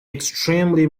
extremely